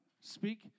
Speak